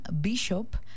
Bishop